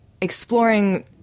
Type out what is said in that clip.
exploring